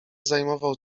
zajmował